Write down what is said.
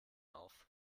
auf